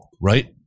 Right